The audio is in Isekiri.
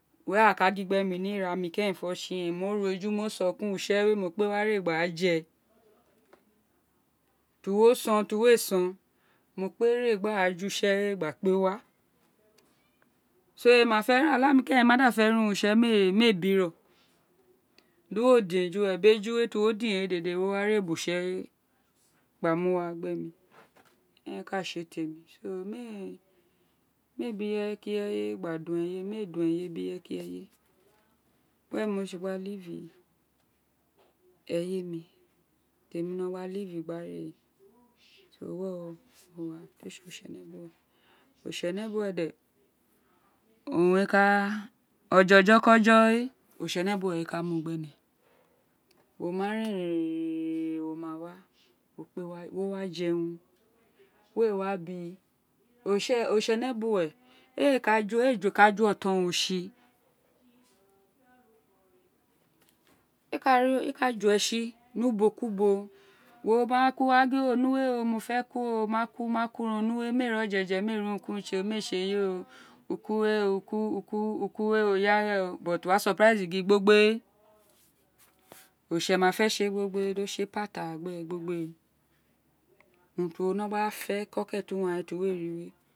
Wérè a ka gin gbe mí ní ira m kérènfo tsi mo ru eju mo sọ kun utse we mo kpe wa re gba jé tí wo sọn tí we son mo kpebe gba ju utsr we gbakpa wa emí ma fé okmí keren mọ ma da fe ran re utse mí mí éè biro dí wo din ejure bí eju tí wo din wẹ wo ware utse we gba mu wá gbe mi eren ka tsí éè temi mí a br ireye kí ireye gba dun eye mŕ a dun eye we br ireye kí ireye were mo tse éyèm temi gba no gba rẽ we ira tr a tsí oritsene bu we oritsénèbu wẽ dé owun re ka oje ojo ko oje we oritsénè bu we̱ we owun re̱ ka mu gbene wo ma ren rén ren ren ren wo ma wa wo kpe je urun w̃e wa bí ontsénèbuwẹ éè ka oton ro tsí a ka ju we tsí nu ubo ku tibo wo gin onuwè mo wa ku mó wa ku onuwe mr éè rí oje je mi éè rí urun ku urun tsí éè uku uka uku uku uku ọ ya rén ọ gin gbog bowe oritse ma fẹ tsí éè gbog bowé o̱ tse pata gbẹnẹ gbọgbọwe̱ umn tí wo no gba fe kékè tu wan we tí we rí we.